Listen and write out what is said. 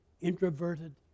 introverted